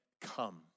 come